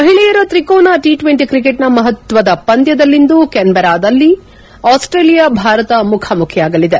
ಮಹಿಳೆಯರ ತ್ರಿಕೋನ T twenty ಕ್ರಿಕೆಟ್ನ ಮಪತ್ವದ ಪಂದ್ಯದಲ್ಲಿಂದು ಕ್ಯಾನ್ಬೆರಾದಲ್ಲಿ ಆಸ್ಟೇಲಿಯಾ ಭಾರತ ಮುಖಾಮುಖಿಯಾಗಲಿದೆ